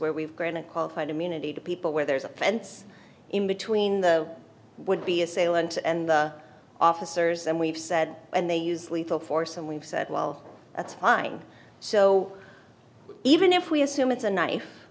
where we've granted qualified immunity to people where there's a fence in between the would be assailant and officers and we've said and they use lethal force and we've said well that's fine so even if we assume it's a knife